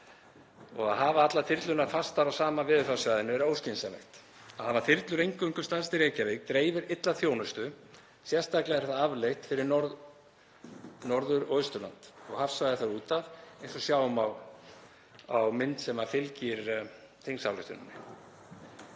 og að hafa allar þyrlurnar fastar á sama veðurfarssvæðinu er óskynsamlegt. Að hafa þyrlur eingöngu staðsettar í Reykjavík dreifir illa þjónustu. Sérstaklega er það afleitt fyrir Norður- og Austurland og hafsvæðið þar út af eins og sjá má á mynd sem fylgir þingsályktunartillögunni.